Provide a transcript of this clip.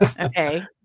okay